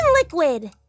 liquid